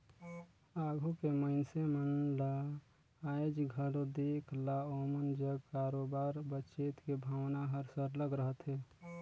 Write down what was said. आघु के मइनसे मन ल आएज घलो देख ला ओमन जग बरोबेर बचेत के भावना हर सरलग रहथे